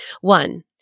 One